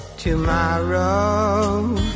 Tomorrow